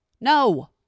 No